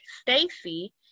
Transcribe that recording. Stacy